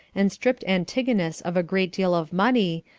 and stripped antigonus of a great deal of money,